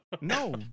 No